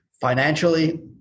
financially